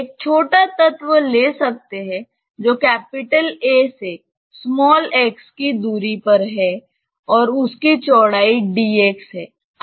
एक छोटा तत्व ले सकते हैं जो A से x की दूरी पर हैं और उसकी चौड़ाई dx है